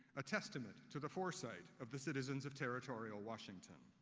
a testament to the foresight of the citizens of territorial washington.